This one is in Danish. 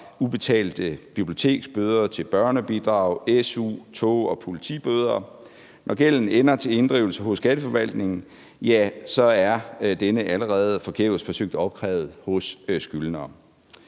ubetalte biblioteksbøder til børnebidrag, su, tog- og politibøder. Når gælden ender til inddrivelse hos Skatteforvaltningen, er den allerede forgæves forsøgt opkrævet hos skyldnere.